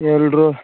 ஏழ்ரூபா